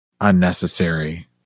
unnecessary